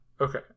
Okay